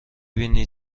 بینی